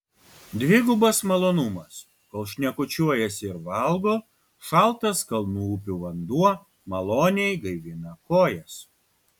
dvigubas malonumas kol šnekučiuojasi ir valgo šaltas kalnų upių vanduo maloniai gaivina kojas